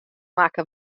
makke